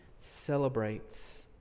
celebrates